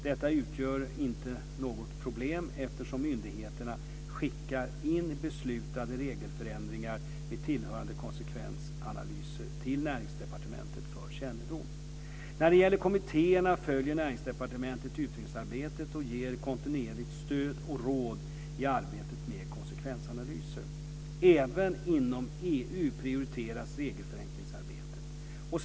Detta utgör inte något problem eftersom myndigheterna skickar in beslutade regelförändringar med tillhörande konsekvensanalyser till Näringsdepartementet för kännedom. När det gäller kommittéerna följer Näringsdepartementet utredningsarbetet och ger kontinuerligt stöd och råd i arbetet med konsekvensanalyser. Även inom EU prioriteras regelförenklingsarbetet.